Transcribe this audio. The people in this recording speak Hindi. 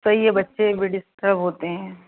सही है बच्चे भी डिस्टर्ब होते हैं